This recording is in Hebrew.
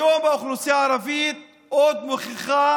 היום האוכלוסייה הערבית עוד מוכיחה